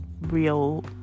real